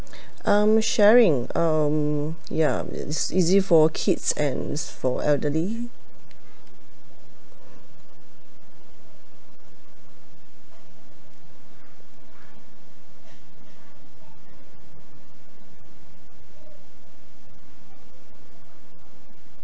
um sharing um ya it's easy for kids and for elderly